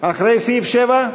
אחרי סעיף 7?